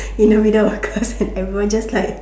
in the middle of the class and everyone just like